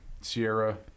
Sierra